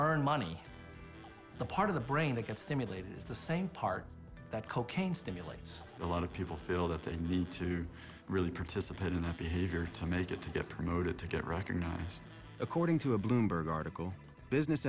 in money the part of the brain that gets stimulated is the same part that cocaine stimulates a lot of people feel that they need to really participate in the behavior to make it to get promoted to get recognized according to a bloomberg article business